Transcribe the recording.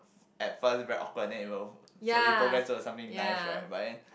at first very awkward then it will slowly progress into something nice right but then